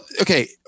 okay